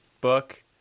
book